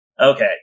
Okay